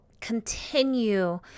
continue